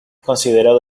considerado